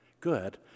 good